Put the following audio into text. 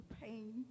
pain